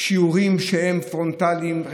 שיעורים פרונטליים,